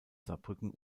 saarbrücken